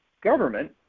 government